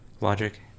logic